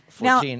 Now